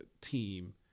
team